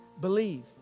Believe